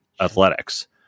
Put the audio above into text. athletics